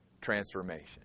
transformation